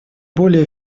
более